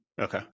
Okay